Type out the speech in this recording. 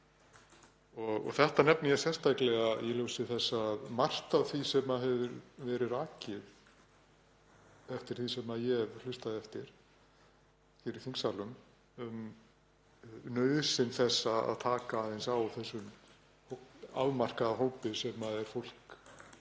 Þetta nefni ég sérstaklega í ljósi þess að margt af því sem hefur verið rakið, eftir því sem ég hef hlustað eftir hér í þingsalnum, um nauðsyn þess að taka aðeins á þessum afmarkaða hópi, sem er fólk